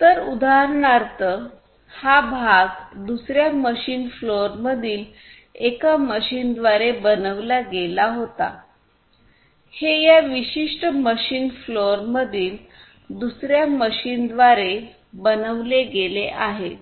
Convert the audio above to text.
तर उदाहरणार्थ हा भाग दुसर्या मशीन फ्लोरमधील एका मशीनद्वारे बनविला गेला होता हे या विशिष्ट मशीन फ्लोरमधील दुसर्या मशीनद्वारे बनविले गेले आहे